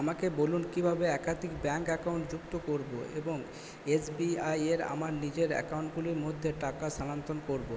আমাকে বলুন কিভাবে একাধিক ব্যাঙ্ক অ্যাকাউন্ট যুক্ত করবো এবং এস বি আইএ আমার নিজের অ্যাকাউন্টগুলির মধ্যে টাকা স্থানান্তর করবো